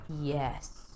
Yes